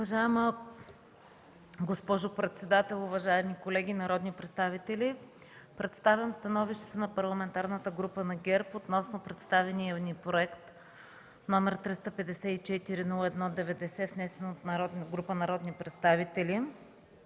Уважаема госпожо председател, уважаеми колеги народни представители! Представям становището на Парламентарната група на ГЕРБ относно представения Законопроект, № 354-01-90, внесен от група народни представители